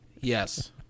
Yes